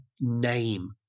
name